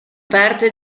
parte